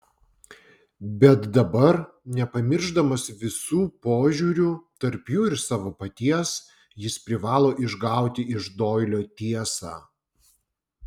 bet dabar nepamiršdamas visų požiūrių tarp jų ir savo paties jis privalo išgauti iš doilio tiesą